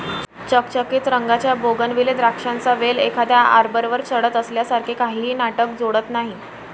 चकचकीत रंगाच्या बोगनविले द्राक्षांचा वेल एखाद्या आर्बरवर चढत असल्यासारखे काहीही नाटक जोडत नाही